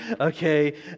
okay